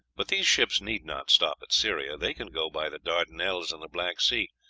but these ships need not stop at syria, they can go by the dardanelles and the black sea,